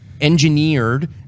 engineered